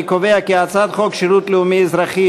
אני קובע כי הצעת חוק שירות לאומי-אזרחי,